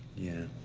yeah.